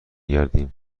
گردم